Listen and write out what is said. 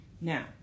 now